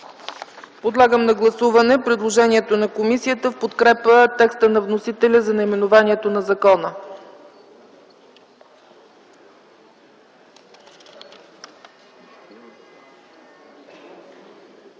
ЦЕЦКА ЦАЧЕВА: Подлагам на гласуване предложението на комисията в подкрепа текста на вносителя за наименование на закона.